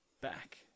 back